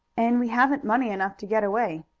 and we haven't money enough to get away.